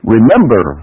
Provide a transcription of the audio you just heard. Remember